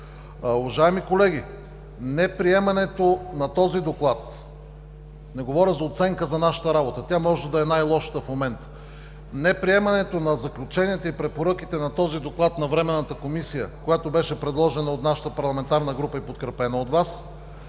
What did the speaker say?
Уважаеми колеги, неприемането на Доклада, не говоря за оценка за нашата работа – тя може да е най-лошата в момента, неприемането на заключенията и препоръките на този Доклад на Временната комисия, която беше предложена от нашата парламентарна група и подкрепена от Вас,